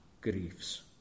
griefs